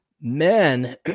men